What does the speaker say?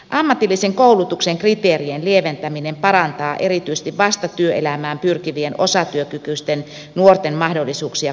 ammatillisen koulutuksen kriteerien lieventäminen parantaa erityisesti vasta työelämään pyrkivien osatyökykyisten nuorten mahdollisuuksia kuntoutukseen